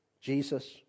Jesus